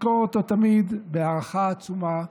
נזכור אותו תמיד בהערכה עצומה.